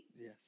Yes